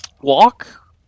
Walk